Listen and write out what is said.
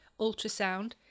ultrasound